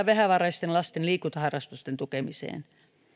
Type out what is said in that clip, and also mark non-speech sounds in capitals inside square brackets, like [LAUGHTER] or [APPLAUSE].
[UNINTELLIGIBLE] vähävaraisten lasten liikuntaharrastusten tukemiseen